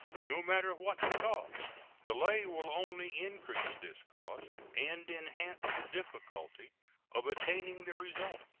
no matter what the cost. delay will only increase this cost and enhance the difficulty of attaining the result.